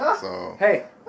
Hey